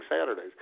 Saturdays